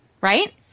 right